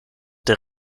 der